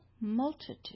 multitude